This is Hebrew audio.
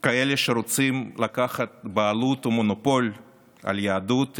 כאלה שרוצים לקחת בעלות או מונופול על היהדות,